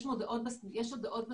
יש הודעות בסניפים,